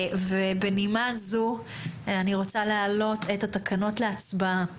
בנימה זו אני רוצה להעלות את התקנות להצבעה.